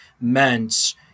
meant